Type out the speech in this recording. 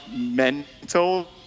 mental